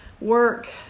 work